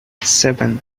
seven